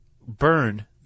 burn